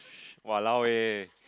!walao! eh